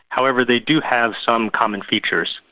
however, they do have some common features.